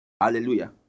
Hallelujah